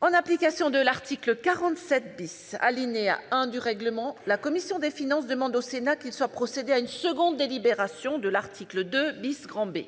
En application de l'article 47 , alinéa 1, du règlement, la commission des finances demande au Sénat qu'il soit procédé à une seconde délibération de l'article 2 B.